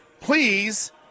Please